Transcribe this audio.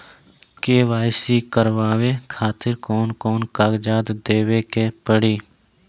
KYC करवावे खातिर कौन कौन कागजात देवे के पड़ी?